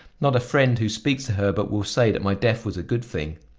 not a friend who speaks to her but will say that my death was a good thing.